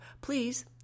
please